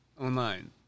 online